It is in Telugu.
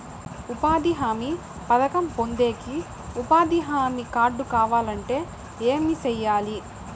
ఉపాధి హామీ పథకం పొందేకి ఉపాధి హామీ కార్డు కావాలంటే ఏమి సెయ్యాలి?